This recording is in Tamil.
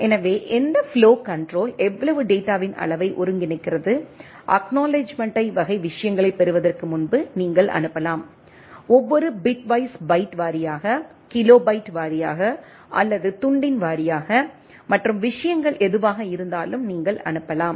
எனவே எந்த ஃப்ளோ கண்ட்ரோல் எவ்வளவு டேட்டாவின் அளவை ஒருங்கிணைக்கிறது அக்நாலெட்ஜ்மெண்ட்டைப் வகை விஷயங்களைப் பெறுவதற்கு முன்பு நீங்கள் அனுப்பலாம் ஒவ்வொரு பிட்வைஸ் பைட் வாரியாக கிலோபைட் வாரியாக அல்லது துண்டின் வாரியாக மற்றும் விஷயங்கள் எதுவாக இருந்தாலும் நீங்கள் அனுப்பலாம்